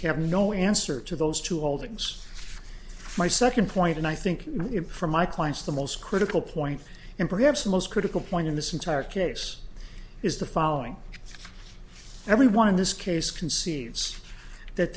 have no answer to those two holdings my second point and i think for my clients the most critical point and perhaps the most critical point in this entire case is the following everyone in this case concedes that